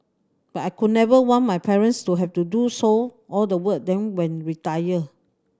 but I could never want my parents to have to do so all the work then when retired